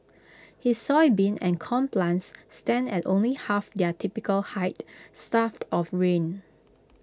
his soybean and corn plants stand at only half their typical height starved of rain